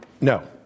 No